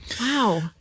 Wow